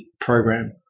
Program